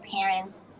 parents